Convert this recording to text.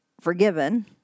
forgiven